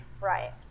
Right